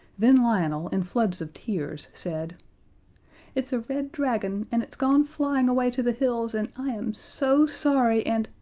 then lionel, in floods of tears, said it's a red dragon, and it's gone flying away to the hills, and i am so sorry, and,